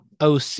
OC